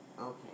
Okay